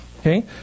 okay